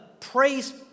praise